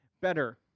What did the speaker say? better